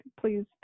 please